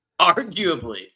arguably